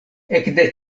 ekde